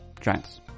Giants